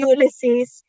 Ulysses